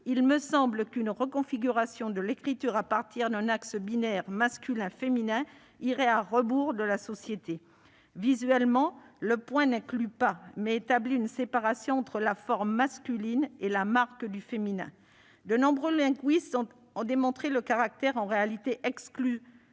il me semble qu'une reconfiguration de l'écriture à partir d'un axe binaire masculin/féminin irait à rebours de la société. Visuellement, le point n'inclut pas, mais établit une séparation entre la forme masculine et la marque du féminin. De nombreux linguistes ont démontré le caractère en réalité « excluant